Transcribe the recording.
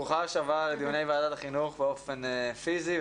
ברוכה הבאה לוועדת החינוך באופן פיזי.